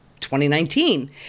2019